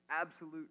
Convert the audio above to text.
absolute